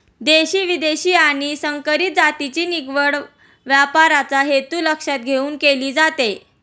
देशी, विदेशी आणि संकरित जातीची निवड व्यापाराचा हेतू लक्षात घेऊन केली जाते